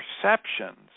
perceptions